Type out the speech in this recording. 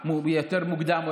יש בתי חולים מצוינים,